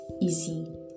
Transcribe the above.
easy